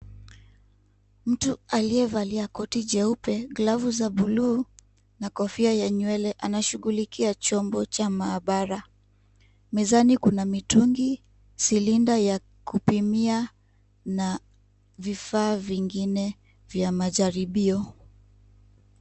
Mtu aliyevalia koti jeupe, glavu za buluu na kofia ya nywele anashughulikia chombo cha maabara. Mezani kuna mitungi, cylinder ya kupimia na vifaa vingine vya majaribio.